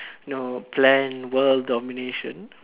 know plan world domination